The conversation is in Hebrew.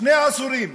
שני עשורים